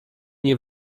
nie